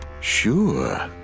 Sure